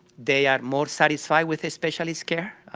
they are more satisfied with a specialist's care,